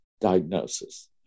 diagnosis